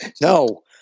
No